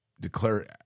declare